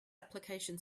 application